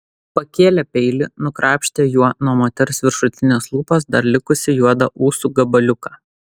pakėlė peilį nukrapštė juo nuo moters viršutinės lūpos dar likusį juodą ūsų gabaliuką